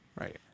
Right